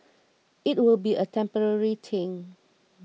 it will be a temporary thing